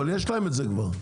אבל יש להם את זה כבר.